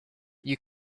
you